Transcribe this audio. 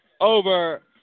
over